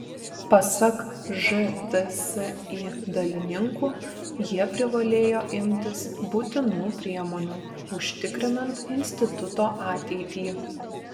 pasak žtsi dalininkų jie privalėjo imtis būtinų priemonių užtikrinant instituto ateitį